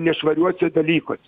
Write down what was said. nešvariuose dalykuose